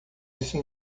esse